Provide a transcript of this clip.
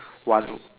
one